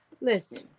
Listen